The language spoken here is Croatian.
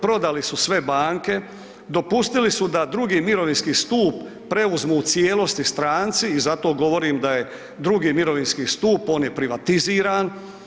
Prodali su sve banke, dopustili su da drugi mirovinski stup preuzmu u cijelosti stranci i zato govorim da je drugi mirovinski stup on je privatiziran.